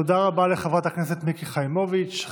תודה רבה לחברת הכנסת מיקי חיימוביץ'.